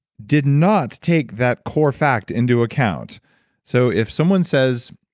did not take that core fact into account so if someone says,